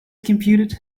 computed